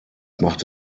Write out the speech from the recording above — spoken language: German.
macht